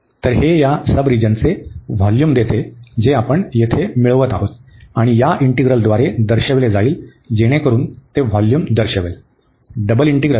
तर हे या सबरिजनचे व्होल्यूम देते जे आपण येथे मिळवत आहोत आणि या इंटीग्रलद्वारे दर्शविले जाईल जेणेकरून ते व्होल्यूम दर्शवेल